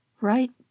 right